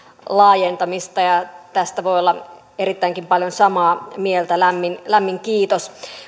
laajentamista ja tästä voi olla erittäinkin paljon samaa mieltä lämmin lämmin kiitos